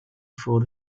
for